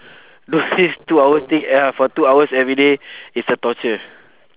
do this two hour thing ya for two hours everyday is a torture